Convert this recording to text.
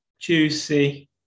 juicy